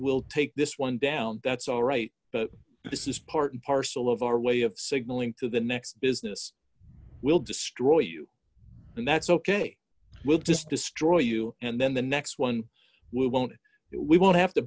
we'll take this one down that's all right but this is part and parcel of our way of signaling to the next business will destroy you and that's ok we'll just destroy you and then the next one we won't we won't have to